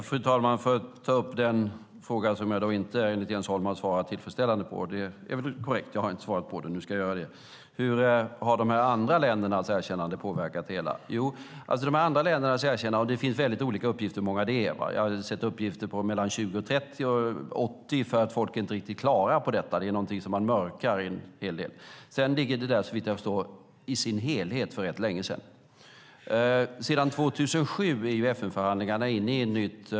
Fru talman! Jag börjar med den fråga jag enligt Jens Holm inte har svarat tillfredsställande på. Det är korrekt; jag har inte svarat på den. Nu ska jag göra det. Hur har de andra ländernas erkännande påverkat det hela? Det finns väldigt olika uppgifter på hur många det är. Jag har sett uppgifter på allt mellan 20-30 och 80. Folk är inte riktigt klara över detta. Det är någonting man mörkar en hel del. Sedan ligger det där såvitt jag förstår i sin helhet för rätt länge sedan. Sedan 2007 är FN-förhandlingarna inne i en ny fas.